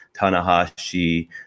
Tanahashi